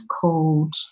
called